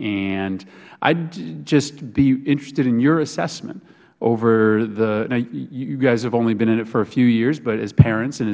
and i would just be interested in your assessment over the now you guys have only been in it for a few years but as parents and